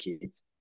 kids